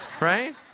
right